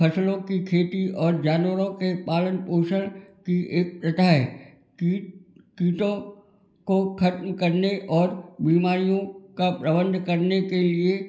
फसलों की खेती और जानवरों के पालन पोषण की एक प्रथा है कीट कीटों को खत्म करने और बीमारियों का प्रबंध करने के लिए